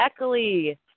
Eckley